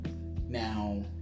Now